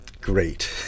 great